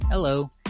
Hello